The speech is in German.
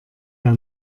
der